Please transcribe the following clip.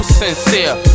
sincere